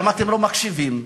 אתם גם לא מקשיבים,